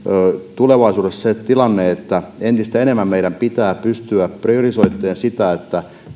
tulevaisuudessa se tilanne että entistä enemmän meidän pitää pystyä priorisoimaan sitä